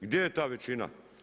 Gdje je ta većina?